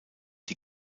die